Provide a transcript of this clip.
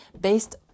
based